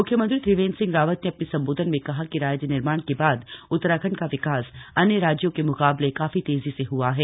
म्ख्यमंत्री त्रिवेंद्र सिंह रावत ने अपने संबोधन में कहा कि राज्य निर्माण के बाद उत्तराखंड का विकास अन्य राज्यों के मुकाबले काफी तेजी से ह्आ है